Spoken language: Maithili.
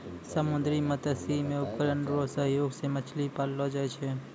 समुन्द्री मत्स्यिकी मे उपकरण रो सहयोग से मछली पाललो जाय छै